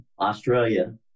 Australia